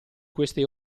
queste